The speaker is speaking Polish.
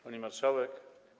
Pani Marszałek!